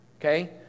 okay